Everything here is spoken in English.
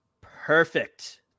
Perfect